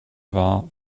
wahr